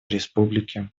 республики